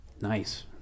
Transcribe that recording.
Nice